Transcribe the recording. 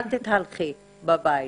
אל תתהלכי בבית.